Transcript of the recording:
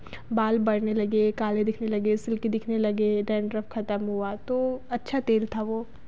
बाल बढ़ने लगे काले दिखने लगे सिल्की दिखने लगे डैंड्रफ ख़त्म हुआ तो अच्छा तेल था वह